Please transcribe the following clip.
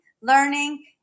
learning